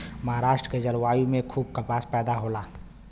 महाराष्ट्र के जलवायु में खूब कपास पैदा होला